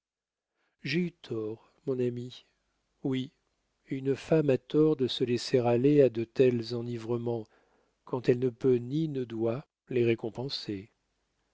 j'ai eu tort mon ami oui une femme a tort de se laisser aller à de tels enivrements quand elle ne peut ni ne doit les récompenser